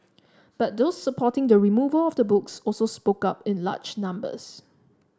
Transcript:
but those supporting the removal of the books also spoke up in large numbers